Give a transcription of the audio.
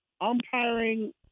umpiring